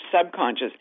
subconscious